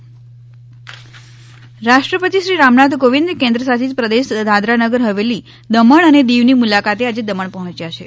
દ મણમાં રાષ્ટ્રપતિ રાષ્ટ્રપતિ શ્રી રામનાથ કોવિંદ કેન્દ્રશાસિત પ્રદેશ દાદરાનગર હવેલી દમણ અને દિવની મુલાકાતે આજે દમણ પહોંચ્યા છે